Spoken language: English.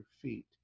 feet